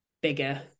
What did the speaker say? bigger